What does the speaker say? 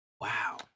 wow